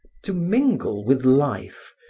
to mingle with life,